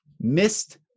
missed